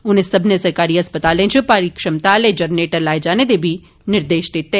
उनें सब्मने सरकारी अस्पताले इच भारी क्षमता आले जरनैटर लाए जाने दे बी निर्देश दित्ते